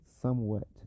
somewhat